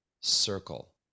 circle